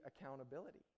accountability